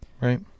Right